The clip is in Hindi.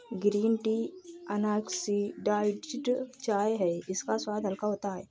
ग्रीन टी अनॉक्सिडाइज्ड चाय है इसका स्वाद हल्का होता है